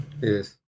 Yes